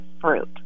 fruit